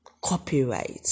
copyright